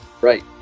Right